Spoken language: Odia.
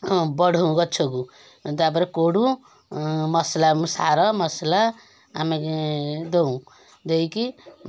ହଁ ବଢ଼ଉଁ ଗଛକୁ ତାପରେ କୋଡ଼ୁ ମସଲା ସାର ମସଲା ଆମେ ଦଉଁ ଦେଇକି